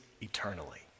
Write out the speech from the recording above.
eternally